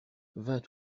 vingt